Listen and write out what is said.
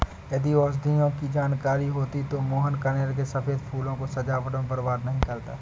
यदि औषधियों की जानकारी होती तो मोहन कनेर के सफेद फूलों को सजावट में बर्बाद नहीं करता